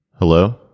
Hello